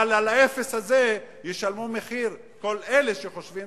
אבל על האפס הזה ישלמו מחיר כל אלה שחושבים